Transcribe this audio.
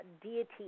deity